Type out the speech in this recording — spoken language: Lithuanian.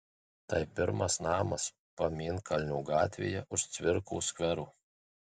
tai pirmas namas pamėnkalnio gatvėje už cvirkos skvero